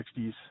60s